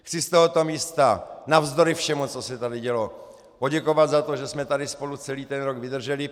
Chci z tohoto místa navzdory všemu, co se tady dělo, poděkovat za to, že jsme tady spolu celý ten rok vydrželi.